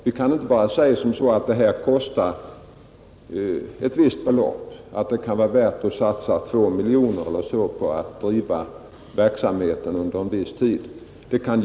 Vi kan inte bara säga att det kan vara värt att satsa två miljoner kronor på att driva verksamheten under en viss tid.